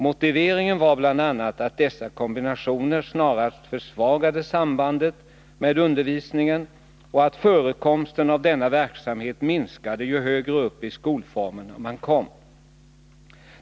Motiveringar var bl.a. att dessa kombinationer snarast försvagade sambandet med undervisningen och att förekomsten av denna verksamhet minskade alltmer ju högre upp i skolformerna man kom.